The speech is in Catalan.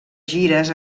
gires